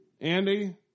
Andy